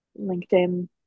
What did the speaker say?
LinkedIn